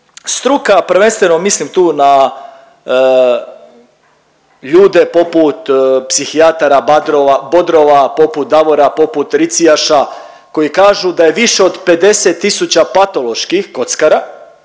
struka prvenstveno mislim tu na ljude poput psihijatara Bodrova, poput Davora, poput Ricijaša koji kažu da je više od 50 tisuća patoloških kockara,